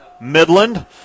Midland